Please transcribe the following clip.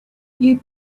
you